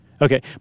Okay